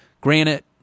granite